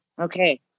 Okay